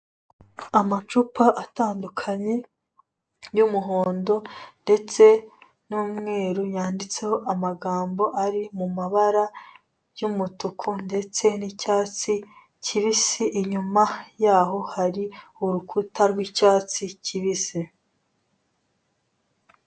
Amacupa atandukanye y'umuhondo ndetse n'umweru yanditseho amagambo ari mu mabara y'umutuku ndetse n'icyatsi kibisi, inyuma yaho hari urukuta rw'icyatsi kibisi.